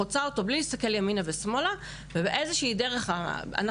חוצה אותו בלי להסתכל ימינה ושמאלה ובאיזושהי דרך אנחנו